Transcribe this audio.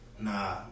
nah